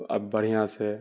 اب بڑھیا سے